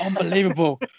unbelievable